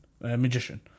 magician